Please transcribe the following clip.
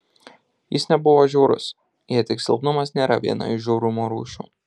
jis nebuvo žiaurus jei tik silpnumas nėra viena iš žiaurumo rūšių